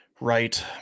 Right